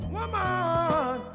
Woman